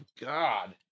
God